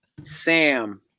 Sam